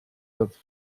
that